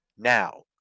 now